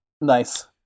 Nice